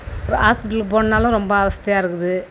அப்புறம் ஹாஸ்பிட்டலுக்கு போகணுன்னாலும் ரொம்ப அவஸ்தையா இருக்குது